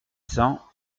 cents